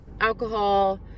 alcohol